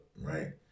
Right